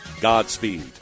Godspeed